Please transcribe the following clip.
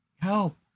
help